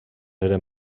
eren